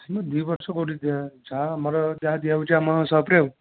ଦୁଇ ବର୍ଷ କେଉଁଠି ଯାହା ଆମର ଯାହା ଦିଆଯାଉଛି ଆମ ସପ ରେ